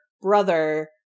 brother